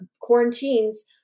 quarantines